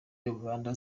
uganda